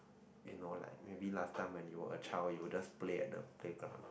you know like maybe last time when you were a child you will just play at the playground